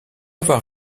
avoir